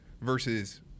versus